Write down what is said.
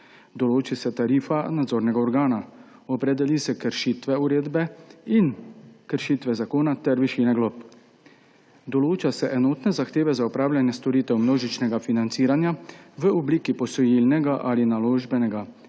Določi se tarifa nadzornega organa. Opredeli se kršitve uredbe in kršitve zakona ter višine glob. Določa se enotne zahteve za opravljanje storitev množičnega financiranja v obliki posojilnega ali naložbenega